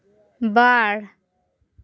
ᱵᱟᱨ